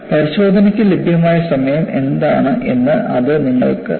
പരിശോധനയ്ക്ക് ലഭ്യമായ സമയം എന്താണ് എന്ന് അത് നിങ്ങൾക്ക് നൽകും